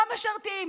לא משרתים.